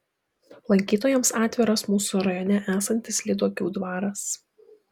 lankytojams atviras mūsų rajone esantis lyduokių dvaras